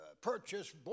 purchase